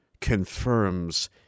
Confirms